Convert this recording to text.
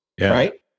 right